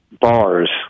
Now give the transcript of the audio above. bars